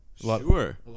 Sure